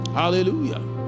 hallelujah